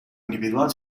individual